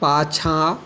पाछाँ